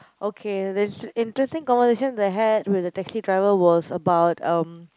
okay this interesting conversation that I had with the taxi driver was about um